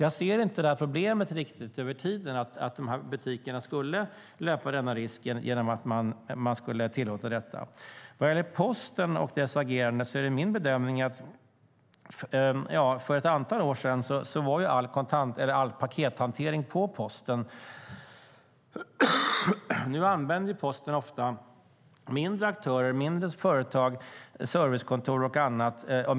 Jag ser inte riktigt problemet över tiden att butikerna skulle löpa denna risk genom att man skulle tillåta detta. Vad gäller Posten och dess agerande skedde all hantering för ett antal år sedan på Posten. Nu använder Posten ofta mindre företag, servicekontor och annat.